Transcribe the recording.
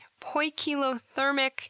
poikilothermic